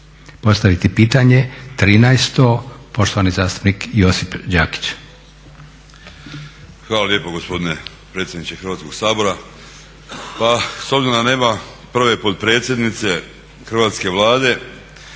postaviti pitanje 13. poštovani zastupnik Josip Đakić.